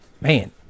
man